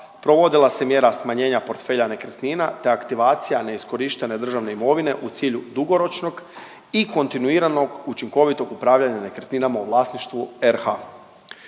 provodila se mjera smanjenja portfelja nekretnina, te aktivacija neiskorištene državne imovine u cilju dugoročnog i kontinuiranog učinkovitog upravljanja nekretninama u vlasništvu RH.